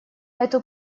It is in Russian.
эту